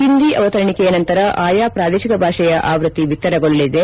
ಹಿಂದಿ ಅವತರಣಿಕೆಯ ನಂತರ ಆಯಾ ಪ್ರಾದೇಶಿಕ ಭಾಷೆಯ ಆವೃತ್ತಿ ಬಿತ್ತರಗೊಳ್ಳಲಿದೆ